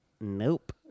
Nope